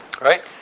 right